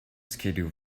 schedule